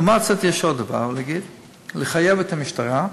לעומת זאת, יש עוד דבר: לחייב את המשטרה,